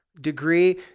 degree